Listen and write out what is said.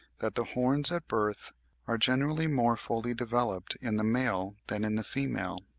that the horns at birth are generally more fully developed in the male than in the female.